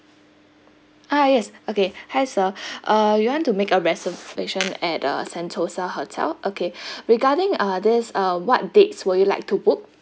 ah yes okay hi sir uh you want to make a reservation at the sentosa hotel okay regarding uh this uh what dates would you like to book